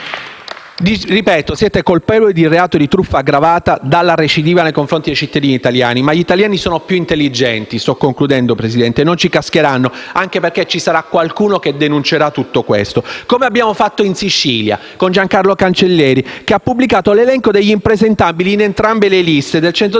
Ripeto che siete colpevoli di reato di truffa aggravata dalla recidiva nei confronti dei cittadini italiani. Ma gli italiani sono più intelligenti e non ci cascheranno, anche perché ci sarà qualcuno che denuncerà tutto questo. Così come abbiamo fatto in Sicilia, con Giancarlo Cancelleri, che ha pubblicato l'elenco degli impresentabili in entrambe le liste, del centrodestra